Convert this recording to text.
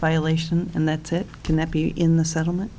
violation and that it can that be in the settlement